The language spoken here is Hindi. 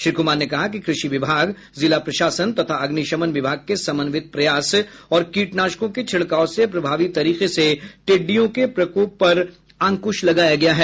श्री कुमार ने कहा कि कृषि विभाग जिला प्रशासन तथा अग्निशमन विभाग के समन्वित प्रयास और कीटनाशकों के छिड़काव से प्रभावी तरीके से टिड़ियों के प्रकोप पर अंकुश लगाया गया है